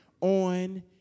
on